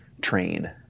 train